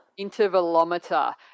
intervalometer